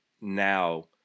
now